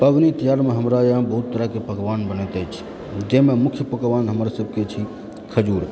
पबनि तिहारमे हमरा एहिठाम बहुत तरहकेँ पकवान बनैत अछि जाहिमे मुख्य पकवान हमर सबके छी खजूर